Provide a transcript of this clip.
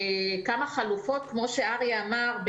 כמו שאריה אמר,